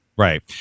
Right